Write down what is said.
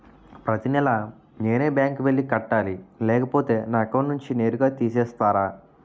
ప్రతి నెల నేనే బ్యాంక్ కి వెళ్లి కట్టాలి లేకపోతే నా అకౌంట్ నుంచి నేరుగా తీసేస్తర?